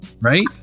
right